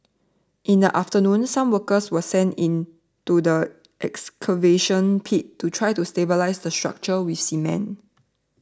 in the afternoon some workers were sent into the excavation pit to try to stabilise the structure with cement